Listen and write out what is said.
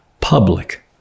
public